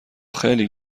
خیلی